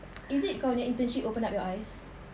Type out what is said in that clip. is it kau punya internship open up your eyes